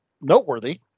noteworthy